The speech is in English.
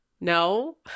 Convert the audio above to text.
No